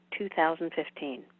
2015